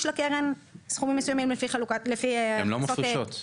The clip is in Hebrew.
לקרן סכומים מסוימים לפי הכנסות --- הן לא מפרישות.